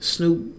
Snoop